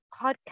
podcast